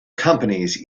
companies